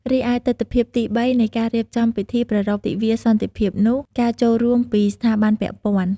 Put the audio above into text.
រីឯទិដ្ឋភាពទីបីនៃការរៀបចំពិធីប្រារព្ធទិវាសន្តិភាពនោះ ការចូលរួមពីស្ថាប័នពាក់ព័ន្ធ។